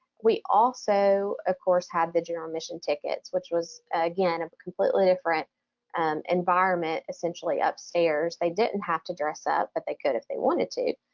we also, of ah course, have the general admission tickets, which was again, a completely different and environment essentially upstairs. they didn't have to dress up but they could if they wanted to,